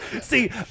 See